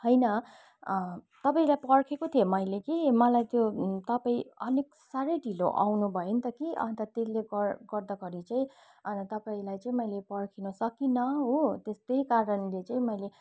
होइन तपाईँलाई पर्खेको थिएँ मैले कि मलाई त्यो तपाईँ अलिक साह्रै ढिलो आउनु भयो नि त कि अन्त त्यसले गर् गर्दाखेरि चाहिँ अन्त तपाईँलाई चाहिँ मैले पर्खिन सकिनँ हो त्यही कारणले चाहिँ मैले